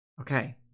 Okay